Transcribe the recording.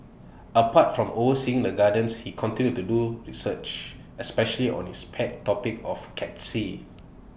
apart from overseeing the gardens he continues to do research especially on his pet topic of cacti